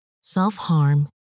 self-harm